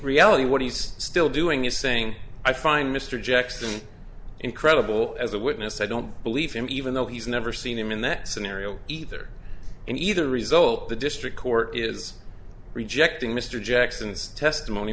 reality what he's still doing is saying i find mr jackson incredible as a witness i don't believe him even though he's never seen him in that scenario either in either result the district court is rejecting mr jackson's testimony